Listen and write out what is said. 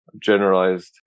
generalized